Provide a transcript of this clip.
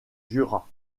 jura